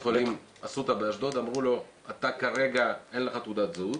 אסותא באשדוד, אמרו לו, אין לך תעודת זהות